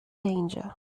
danger